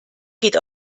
geht